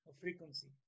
frequency